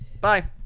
Bye